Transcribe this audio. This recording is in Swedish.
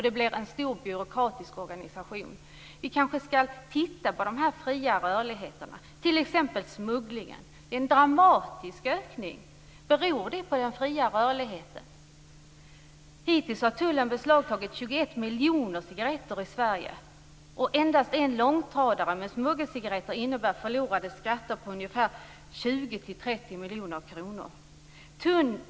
Det blir en stor byråkratisk organisation. Vi kanske skall se över möjligheterna till fri rörlighet. Ta t.ex. smugglingen. Det har skett en dramatisk ökning. Beror det på den fria rörligheten? Hittills har tullen beslagtagit 21 miljoner cigaretter i Sverige. Endast en långtradare med smuggelcigaretter innebär förlorade skatter på 20-30 miljoner kronor.